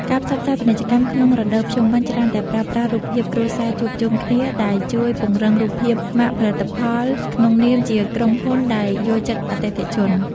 ការផ្សព្វផ្សាយពាណិជ្ជកម្មក្នុងរដូវភ្ជុំបិណ្ឌច្រើនតែប្រើប្រាស់រូបភាពគ្រួសារជួបជុំគ្នា ដែលជួយពង្រឹងរូបភាពម៉ាកផលិតផលក្នុងនាមជាក្រុមហ៊ុនដែលយល់ចិត្តអតិថិជន។